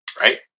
right